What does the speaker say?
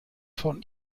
von